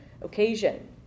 occasion